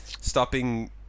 stopping